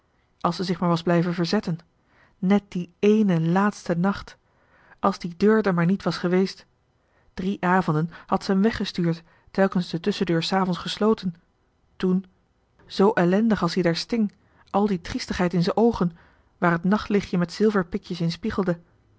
als zij zich maar was blijven verzetten net die ééne laatste nacht als die deur d'er maar niet was geweest drie avonden had z'em weggestuurd telkens de tusschendeur's avonds gesloten toen zoo ellendig as t ie daar sting al die triestigheid in z'en oogen waar het nachtlichtje met zilverpikjes in spiegelde